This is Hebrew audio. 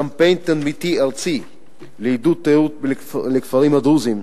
עריכת קמפיין תדמיתי ארצי לעידוד תיירות לכפרים הדרוזיים,